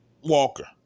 Walker